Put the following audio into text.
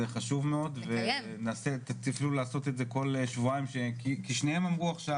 זה חשוב מאוד ונעשה את זה כל שבועיים כי שניהם אמרו עכשיו,